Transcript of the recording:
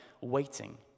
waiting